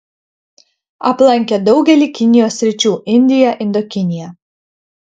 aplankė daugelį kinijos sričių indiją indokiniją